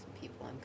people